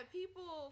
people